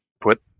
put